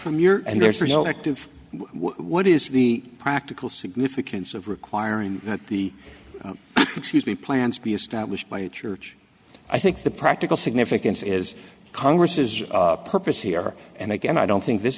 from your and there's an active what is the practical significance of requiring that the excuse me plans be established by the church i think the practical significance is congress is purpose here and i don't think this